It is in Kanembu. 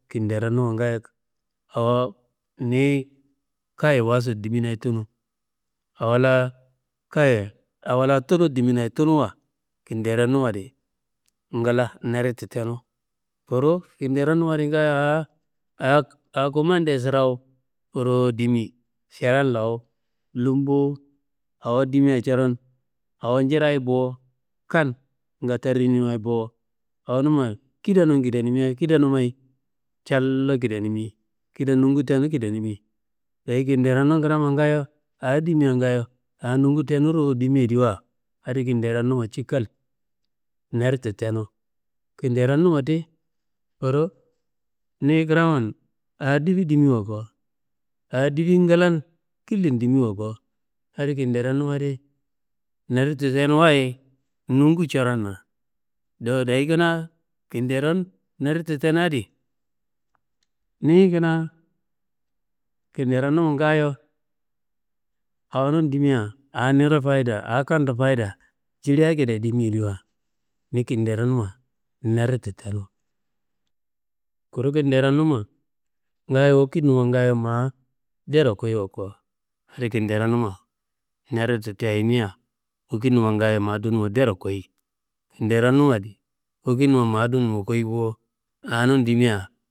Kinderonuma ngaayo, awo niyi kayi wasu diminaye tunu awo la kayi awo la tunu diminaye tunuwa, kinderonumadi ngla naditu tenu. Kuru kinderonumadi, awo kumandeyi surawu ruwu dimi, šaren lawu lum bo, awo dimea coron awo njirayi bo, kan ngatarimiwaye bo, awonuma kidenum kidenumayi callo kidenimi, kide nungu tenu kidenimi. Dayi kinderon kramma awo dimia ngaayo awo nungu tenu ruwu dimiyediwa, adi kinderonuma cikal neditu tenu kinderonuma tiyi kuru niyi kraman awo difi dimiwa ko, awo difin nglan killim dimiwa ko, kinderonuma di neditu tenuwaye nungu coronna. Do dayi kanaa kinderon neditu tenu adi, niyi kanaa kinderonum ngaayo, awonum dimia awo niro fayide awo kam do fayida jili akedia dimiyediwa, ni kinderonuma neditu tenu. Kuru kinderonuma ngaayo wakitnuma ngaayo ma dero koyiwa ko, adi kinderonuma naditu te ayimia, wakitnuma ngaayo ma dunumu de koyi. Kinderonuma adi wakitnuma ma dunumo koyi bo, anun dimia.